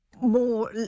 more